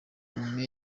imwe